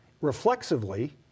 Reflexively